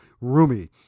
roomy